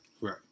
Right